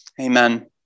Amen